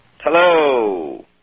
Hello